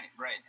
right